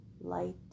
light